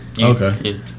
Okay